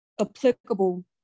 applicable